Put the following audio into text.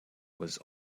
was